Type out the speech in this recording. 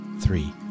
three